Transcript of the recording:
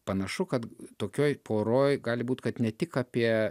panašu kad tokioj poroj gali būt kad ne tik apie